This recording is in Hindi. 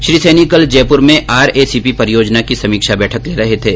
श्री सैनी कल जयपूर में आरएसीपी परियोजना की समीक्षा बैठक ले रहे थे